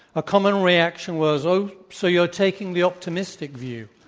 a common reaction was, oh, so you're taking the optimistic view?